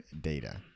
data